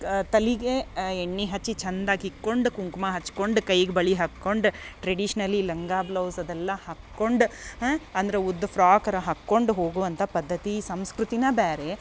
ತಲೆಗೆ ಎಣ್ಣೆ ಹಚ್ಚಿ ಚಂದಕಿಕ್ಕೊಂಡು ಕುಂಕುಮ ಹಚ್ಕೊಂಡು ಕೈಗೆ ಬಳೆ ಹಾಕ್ಕೊಂಡು ಟ್ರೆಡಿಷ್ನಲಿ ಲಂಗ ಬ್ಲೌಝ್ ಅದೆಲ್ಲ ಹಾಕ್ಕೊಂಡು ಅಂದ್ರ ಉದ್ದ ಫ್ರಾಕರ ಹಾಕ್ಕೊಂಡು ಹೋಗುವಂಥಾ ಪದ್ಧತಿ ಈ ಸಂಸ್ಕೃತಿನ ಬ್ಯಾರೆ